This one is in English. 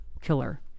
killer